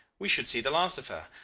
we should see the last of her.